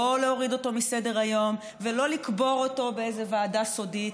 לא להוריד אותו מסדר-היום ולא לקבור אותו באיזה ועדה סודית.